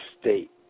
state